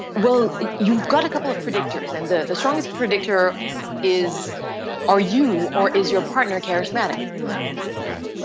well you've got a couple of predictors and the the strongest predictor is are you or is your partner charismatic okay.